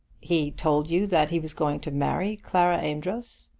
he told you that he was going to marry clara amedroz?